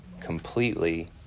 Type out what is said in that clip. completely